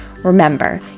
Remember